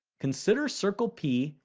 consider circle p,